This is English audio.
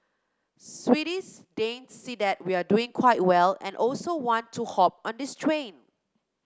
Swedes Danes see that we are doing quite well and also want to hop on this train